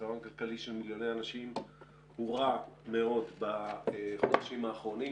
של מיליוני אנשים הורע מאוד בחודשים האחרונים.